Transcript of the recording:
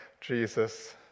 Jesus